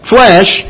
Flesh